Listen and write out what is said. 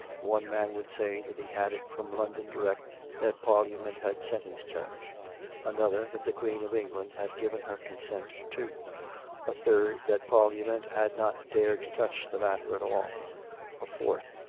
one man would say that he had it from london direct that parliament had sentenced her another that the queen of england had given her consent too a third, that parlia ment had not dared to touch the matter at all a fourth,